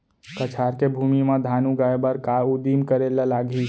कछार के भूमि मा धान उगाए बर का का उदिम करे ला लागही?